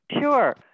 Sure